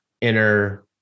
inner